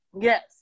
Yes